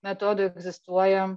metodų egzistuoja